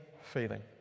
feeling